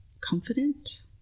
confident